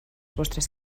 vostres